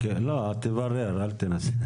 תברר, אל תנסה.